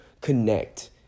connect